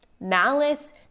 malice